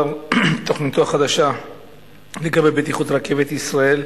תוכניתו החדשה לגבי בטיחות רכבת ישראל,